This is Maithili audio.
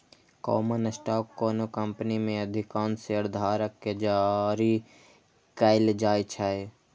कॉमन स्टॉक कोनो कंपनी मे अधिकांश शेयरधारक कें जारी कैल जाइ छै